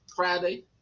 Friday